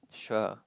sure